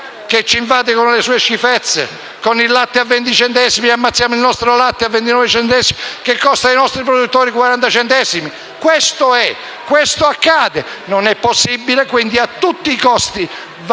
che ci invade con le sue schifezze? Con il latte a 20 centesimi al litro ammazziamo il nostro latte a 29 centesimi, che costa ai nostri produttori 40 centesimi. Questo è e questo accade. Non è possibile, quindi a tutti i costi